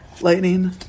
lightning